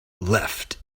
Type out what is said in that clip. left